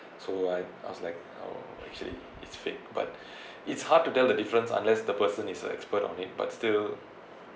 so I I was like oh actually it's fake but it's hard to tell the difference unless the person is a expert on it but still